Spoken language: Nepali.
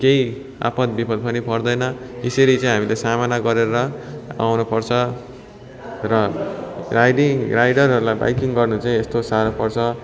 केही आपद् विपद् पनि पर्दैन यसरी चाहिँ हामीले सामना गरेर आउनु पर्छ र राइडिङ राइडरहरूलाई बाइकिङ गर्नु चाहिँ यस्तो साह्रो पर्छ